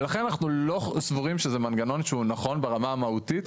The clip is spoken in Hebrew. ולכן אנחנו חושבים שזה מנגנון שהוא לא נכון ברמה המהותית.